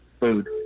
food